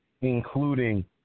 including